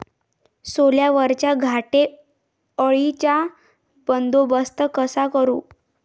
सोल्यावरच्या घाटे अळीचा बंदोबस्त कसा करू?